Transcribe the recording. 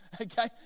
okay